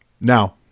Now